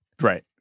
Right